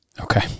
Okay